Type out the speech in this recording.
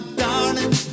darling